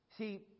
See